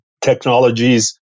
technologies